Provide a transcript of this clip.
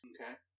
Okay